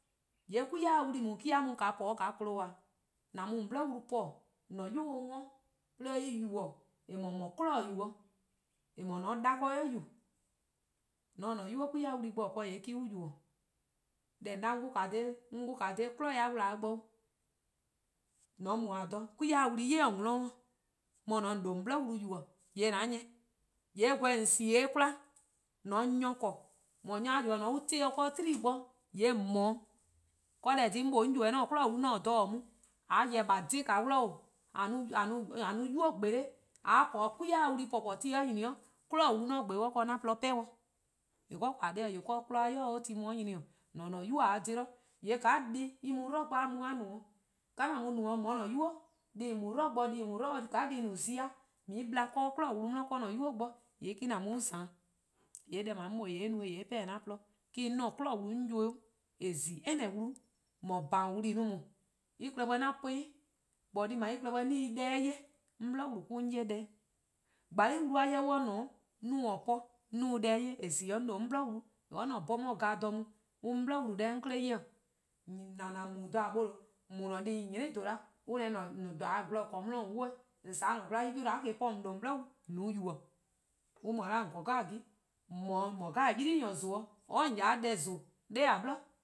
:Yee' 'kwi-a wlu+ :daa me-: a mu po-' :chio'ol: e? :an mu :on 'bli-wlu :po :an-a'a: 'nynuu: 'ye-ih 'worn, 'de or 'ye-eh yubo :eh :mor :mor 'kwi'nehbo: yu 'o :on se 'dakor'-yu:. :mor :on :taa :an-' 'nynuu: 'kwi-a wlu+ bo-dih bo :yee' mor-: on yubo:. Deh :on 'da 'on 'wluh-dih :daa 'kwi'nehbo-a wlaa bo 'o, :mor :on mu dha 'kwi-a wlu :due' mo-: :ne 'de :on 'worn :on se :on 'bli wlu yubo: :yee' :an 'nyne-eh, :yee' eh gweh :onsie-' 'kwla, :on se nyor :kor, :mor nyor :yor on 'tehn-a dih 'do 'kpa ken :yee' :mor 'o. Eh-: :korn dhih 'mor mlor 'on :ybeh-a 'kwi'nehbo: wlu-' :mor 'on taa dha mu, a :yeh :dhe-diih 'o, :a no ;nynuu: :gbolo+ :a po 'kwi-a wlu+ po :pooo:, :mor ti nyni 'o 'kwi'nehbo: wlu-dih mor 'on 'bor-dih 'o dih :yee' 'an :porluh-' dih. Because :eh :korn dhih-eh 'wee' 'de 'kmo-a ybei' ti-a mu 'o :nyni mor-: 'dekorn: :an-a'a: nynuu: :mor a :dhe-dih :yee' :ka deh-a mu-a 'dlu bo mu-eh no-' :ka :an mu no-' :on 'ye :an-a'a: 'nynuu: deh+ :en mu-a 'dlu bo:en mu-a 'dlu bo, :ka deh+ no-a zi-a 'de :on 'ye-ih bla 'de 'kwi'nehbo: wlu 'de 'de :an-a'a: 'nynuu: bo :hyee' me-: :an mu :za-'. :yee' deh :daa eh no-eh :yee' 'mor mlor deh :daa eh no-eh eh 'pehn-dih 'an :porluh dih, eh-: no-eh 'an-a' 'kwi'nehbo: wlu 'on ybeh-uh 'weh :eh :zi'o any wlu-'. :mor :bhaan:-wlu+ 'i :daa eh klehkpeh 'an po-eh 'an po-ih 'jorwor 'on se-' deh-' 'ye. Jorwor: 'on 'bli wlu: mor-: 'on 'ye deh-'. wlu 'sluh-a 'jeh on :ne 'o :mor 'on taa-uh-a po 'on se-ih deh 'ye :eh :si 'o 'on :due' 'on 'ble-wlu: or 'on :se 'bhorn glaa'e :mor 'on taa dha mu 'on 'blu-wlu: deh eh :ne 'on 'kle 'ye-dih. :on na :naaa: :on mu-dih :dha 'nor :on mu :an-a'a: deh :nyene :dhen 'da 'on 'da :gwlor :yor :or :korn 'di :on 'wluh-eh, :on :za 'de :an-a'a: 'yor-eh-a gwlor-a nyne, on 'da po :on 'bli wlu :on se-uh yubo, an mu-a :on :korn 'gen, :mor :daa :mor 'ylii-nyor:-zon: 'o, ;or :on :ya 'de deh :zon 'nor :a 'bli.